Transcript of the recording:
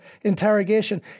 interrogation